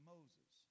Moses